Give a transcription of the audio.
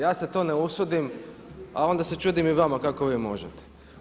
Ja se to ne usudim, a onda se čudim i vama kako vi možete.